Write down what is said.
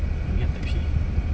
banyak type C